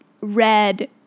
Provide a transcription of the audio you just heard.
Red